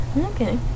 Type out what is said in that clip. Okay